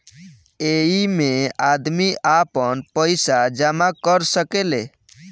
ऐइमे आदमी आपन पईसा जमा कर सकेले